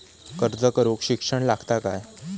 अर्ज करूक शिक्षण लागता काय?